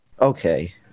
Okay